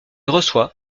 reçoit